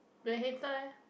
the hater leh